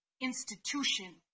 institution